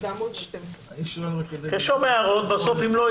אני שואל רק כדי לראות אם הם מוחרגים.